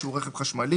ושהוא רכב חשמלי,